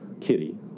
kitty